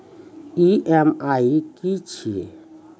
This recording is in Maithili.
ई.एम.आई की छिये?